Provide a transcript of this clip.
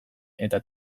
eta